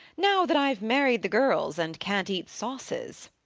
now that i've married the girls and can't eat sauces?